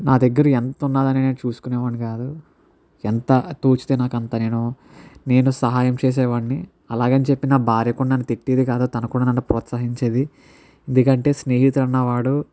నా దగ్గర ఎంత ఉన్నది అని నేను చూసుకునేవాన్ని కాదు ఎంత తోచితే అంత నేను నేను సహాయం చేసే వాడిని అలాగని చెప్పి నా భార్య కూడా నన్ను తిట్టేది కాదు తను కూడా నన్ను ప్రోత్సహించేది ఎందుకంటే స్నేహితుడు అన్న వాడు